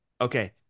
Okay